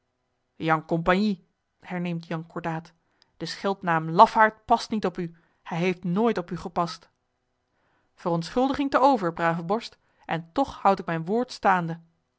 jan compagnie herneemt jan cordaat de scheldnaam l a f a a r d past niet op u hij heeft nooit op u gepast verontschuldiging te over brave borst en toch houd ik mijn woord staande